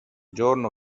giorno